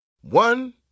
One